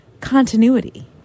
continuity